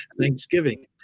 Thanksgiving